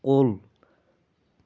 کُل